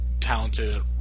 talented